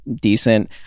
decent